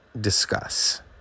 discuss